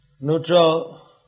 Neutral